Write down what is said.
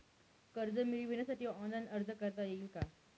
कर्ज मिळविण्यासाठी ऑनलाइन अर्ज करता येईल का?